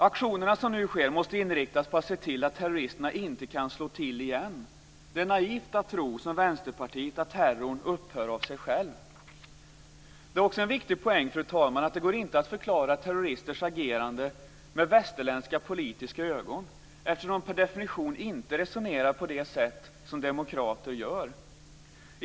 Aktionerna som nu sker måste inriktas på att se till att terroristerna inte kan slå till igen. Det är naivt att som Vänsterpartiet tro att terrorn upphör av sig själv. Fru talman! Det är också en viktig poäng att det inte går att förklara terroristers agerande med västerländska politiska ögon, eftersom de per definition inte resonerar på det sätt som demokrater gör.